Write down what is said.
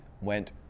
went